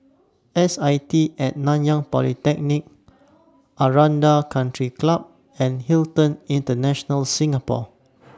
S I T At Nanyang Polytechnic Aranda Country Club and Hilton International Singapore